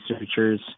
researchers